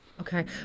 Okay